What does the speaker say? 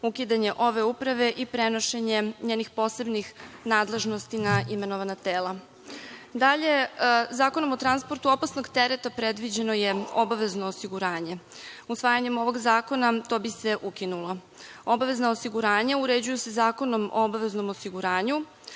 ukidanje ove uprave i prenošenje njenih posebnih nadležnosti na imenovana tela. Dalje Zakonom o transportu opasnog tereta predviđeno je obavezno osiguranje. Usvajanjem ovog zakona to bi se ukinulo. Obavezno osiguranje uređuju se Zakonom o obaveznom osiguranju